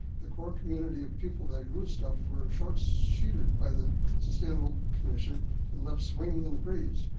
the core community of people that grew stuff were short so sheeted by the sustainable commission and left swinging in the breeze.